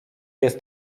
jest